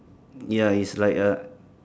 ya it's like a